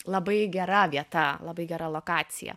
labai gera vieta labai gera lokacija